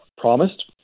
promised